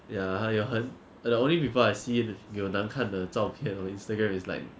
ya !aiya! 很 the only people I see 有难看的照片 on Instagram is like